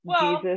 Jesus